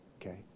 Okay